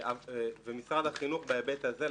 ומשרד החינוך בהיבט הזה.